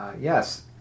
yes